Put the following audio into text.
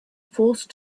forced